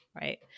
Right